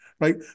Right